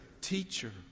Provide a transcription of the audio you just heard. teacher